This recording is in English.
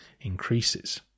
increases